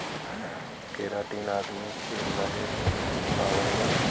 keratin आदमी के नहे में भी पावल जाला